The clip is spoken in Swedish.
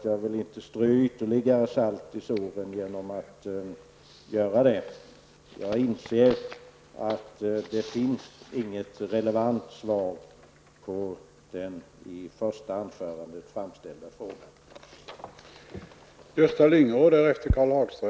Jag vill inte strö ytterligare salt i såren genom att göra det. Jag inser att det inte finns något relevant svar på den i det första anförandet framställda frågan.